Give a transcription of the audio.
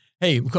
Hey